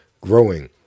growing